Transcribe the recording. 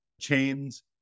chains